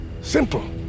Simple